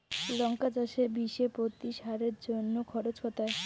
লঙ্কা চাষে বিষে প্রতি সারের জন্য খরচ কত হয়?